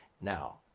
now,